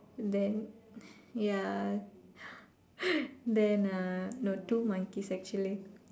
then ya then uh no two monkeys actually